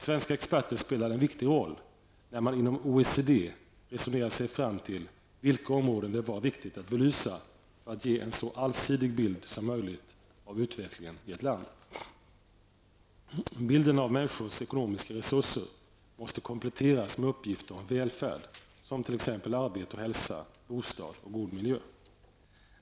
Svenska experter spelade en viktig roll när man inom OECD resonerade sig fram till vilka områden det var viktigt att belysa för att ge en så allsidig bild som möjligt av utvecklingen i ett land. Bilden av människors ekonomiska resurser måste kompletteras med uppgifter om välfärd, t.ex. arbete och hälsa, bostad och god miljö.